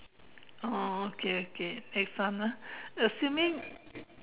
oh okay okay next one ah assuming